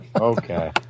Okay